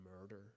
murder